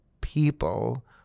people